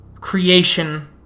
creation